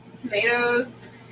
tomatoes